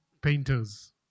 painters